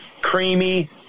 creamy